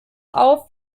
auf